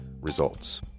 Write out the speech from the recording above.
Results